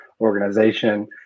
organization